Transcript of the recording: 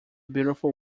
beautiful